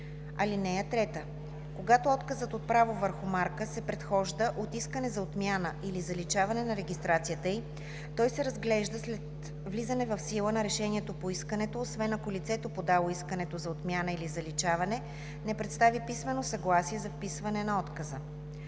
марките. (3) Когато отказът от право върху марка се предхожда от искане за отмяна или заличаване на регистрацията й, той се разглежда след влизане в сила на решението по искането, освен ако лицето, подало искането за отмяна или заличаване, не представи писмено съгласие за вписване на отказа.